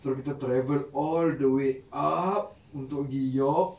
so kita travel all the way up untuk pergi york